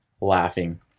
laughing